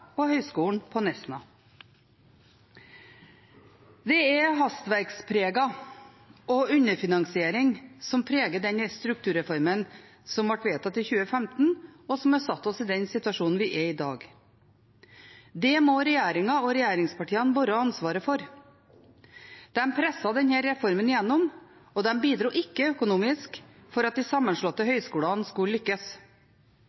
Nesna. Det er hastverk og underfinansiering som preger den strukturreformen som ble vedtatt i 2015, og som har satt oss i den situasjonen vi er i i dag. Det må regjeringen og regjeringspartiene bære ansvaret for. De presset denne reformen gjennom, og de bidro ikke økonomisk til at de sammenslåtte